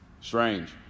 Strange